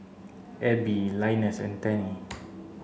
Abbey Linus and Tennie